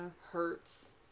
hurts